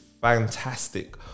fantastic